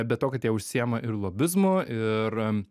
be to kad jie užsiima ir lobizmu ir